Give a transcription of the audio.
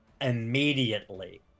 immediately